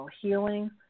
healing